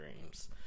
dreams